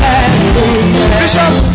Bishop